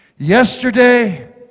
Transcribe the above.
Yesterday